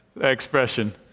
expression